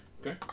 Okay